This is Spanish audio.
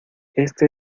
éste